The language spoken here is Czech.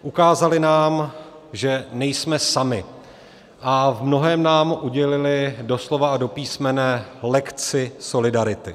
Ukázali nám, že nejsme sami, a v mnohém nám udělili doslova a do písmene lekci solidarity.